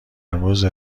امروز